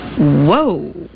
Whoa